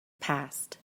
passed